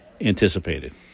anticipated